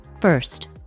First